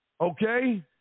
okay